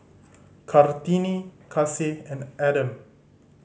Kartini Kasih and Adam